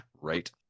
right